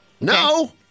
No